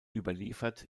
überliefert